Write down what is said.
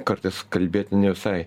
kartais kalbėti ne visai